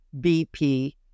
BP